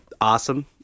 Awesome